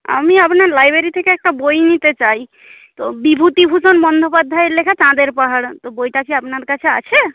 আমি আপনার লাইব্রেরি থেকে একটা বই নিতে চাই তো বিভূতিভূষণ বন্দ্যোপাধ্যায়ের লেখা চাঁদের পাহাড় তো বইটা কি আপনার কাছে আছে